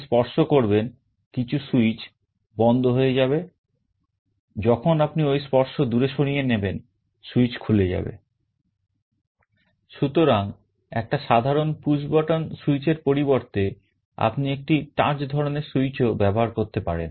সুতরাং একটা সাধারণ push button সুইচ এর পরিবর্তে আপনি একটি touch ধরনের সুইচও ব্যবহার করতে পারেন